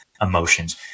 emotions